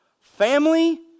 Family